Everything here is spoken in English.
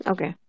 Okay